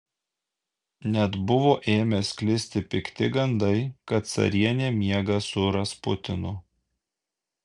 net buvo ėmę sklisti pikti gandai kad carienė miega su rasputinu